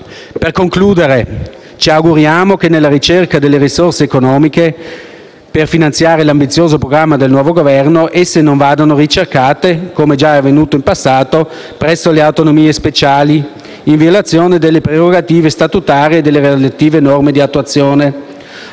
Per concludere, ci auguriamo che, nella ricerca delle risorse economiche per finanziarie l'ambizioso programma del nuovo Governo, esse non vadano ricercate, come già è avvenuto in passato, presso le autonomie speciali, in violazione delle prerogative statutarie e delle relative norme di attuazione.